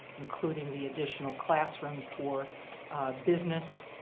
including the additional classrooms for business